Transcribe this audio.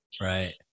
right